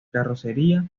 carrocería